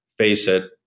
Faceit